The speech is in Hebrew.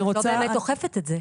את לא באמת אוכפת את זה.